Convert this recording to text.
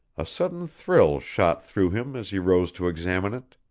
a sudden thrill shot through him as he rose to examine it.